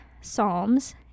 Psalms